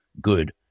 good